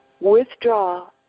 withdraw